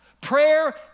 Prayer